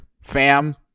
fam